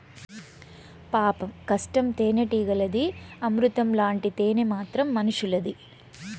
పాపం కష్టం తేనెటీగలది, అమృతం లాంటి తేనె మాత్రం మనుసులది